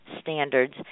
standards